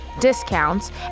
discounts